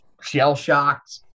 shell-shocked